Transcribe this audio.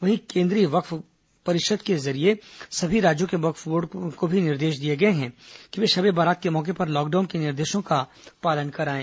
वहीं केन्द्रीय वक्फ परिषद के जरिए सभी राज्यों के वक्फ बोर्ड को भी निर्देश दिए गए हैं कि वे शबे बारात के मौके पर लॉकडाउन के निर्देशों का पालन करवाएं